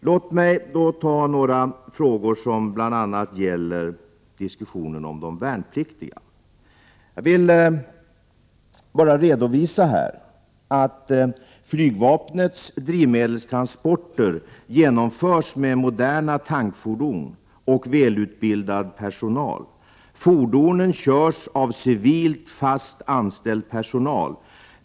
Låt mig ta upp några frågor som bl.a. gäller diskussionen om de värnpliktiga. Jag vill här redovisa att flygvapnets drivmedelstransporter genomförs med moderna tankfordon och välutbildad personal. Fordonen körs av civil, fast anställd personal.